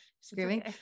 screaming